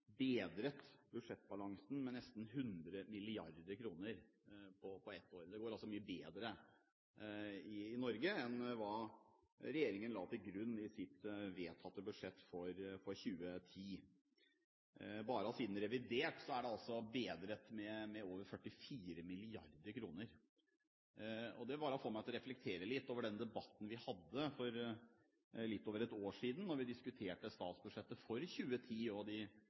bedret budsjettbalansen med nesten 100 mrd. kr på ett år. Det går altså mye bedre i Norge enn regjeringen la til grunn i sitt vedtatte budsjett for 2010. Bare siden revidert er balansen bedret med over 44 mrd. kr. Det får meg til å reflektere litt over den debatten vi hadde for litt over et år siden, da vi diskuterte statsbudsjettet for 2010 og de